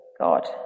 God